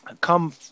come